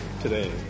today